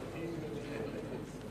ידו.